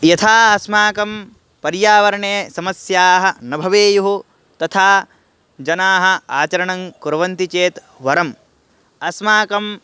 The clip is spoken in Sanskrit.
यथा अस्माकं पर्यावरणे समस्याः न भवेयुः तथा जनाः आचरणं कुर्वन्ति चेत् वरम् अस्माकं